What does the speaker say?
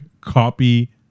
copy